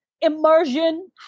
immersion